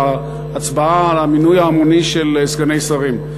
ההצבעה על המינוי ההמוני של סגני שרים.